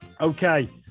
Okay